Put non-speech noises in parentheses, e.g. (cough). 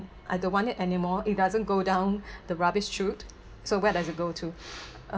I don't want it anymore it doesn't go down (breath) the rubbish chute so where does it go to